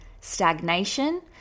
stagnation